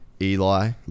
Eli